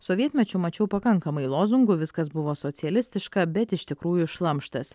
sovietmečiu mačiau pakankamai lozungų viskas buvo socialistiška bet iš tikrųjų šlamštas